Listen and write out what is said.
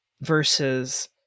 versus